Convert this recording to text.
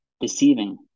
deceiving